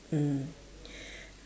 mm